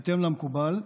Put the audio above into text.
בהתאם למקובל,